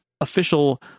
official